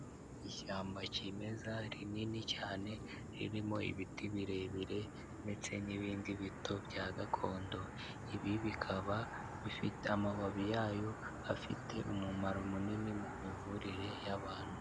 Ishyamba kimeza rinini cyane ririmo ibiti birebire ndetse n'ibindi bito bya gakondo ibi bikaba bifite amababi yayo afite umumaro munini mu mivurire y'abantu.